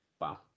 Wow